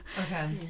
Okay